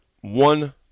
one